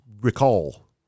recall